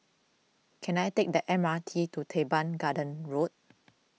can I take the M R T to Teban Gardens Road